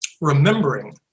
remembering